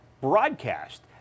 broadcast